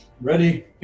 Ready